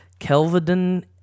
Kelvedon